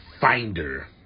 finder